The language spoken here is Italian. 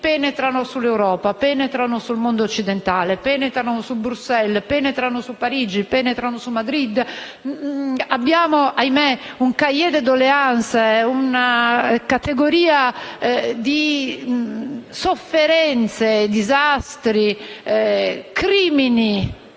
penetrano in Europa, nel mondo occidentale, a Bruxelles, a Parigi, a Madrid. Abbiamo, ahimè, un *cahier de doléances* e una categoria di sofferenze, disastri, crimini